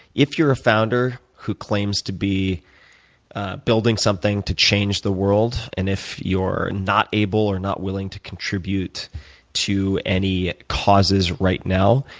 if you're a founder who claims to be building something to change the world, and if you're not able or not willing to contribute to any causes right now,